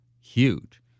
huge